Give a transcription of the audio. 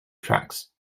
tracks